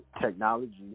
technology